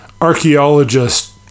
archaeologist